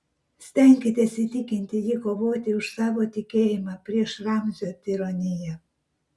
stenkitės įtikinti jį kovoti už savo tikėjimą prieš ramzio tironiją